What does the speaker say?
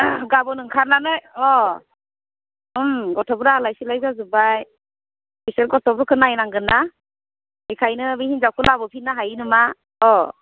गाबोन ओंखारनानै अ गथ'फोरा आलाय सिलाय जाजोबबाय इसे गथ'फोरखौ नायनांगोन ना बेनिखायनो बै हिनजावखौ लाबोफिननो हायो नामा अ